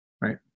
Right